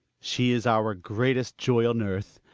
she is our great est joy on earth,